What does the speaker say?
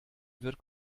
wird